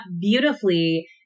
beautifully